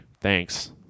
thanks